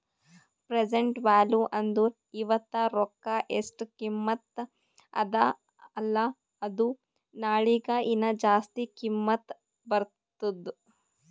present value ಅಂದುರ್ ಇವತ್ತ ರೊಕ್ಕಾ ಎಸ್ಟ್ ಕಿಮತ್ತ ಅದ ಅಲ್ಲಾ ಅದು ನಾಳಿಗ ಹೀನಾ ಜಾಸ್ತಿ ಕಿಮ್ಮತ್ ಬರ್ತುದ್